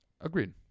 Agreed